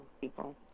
people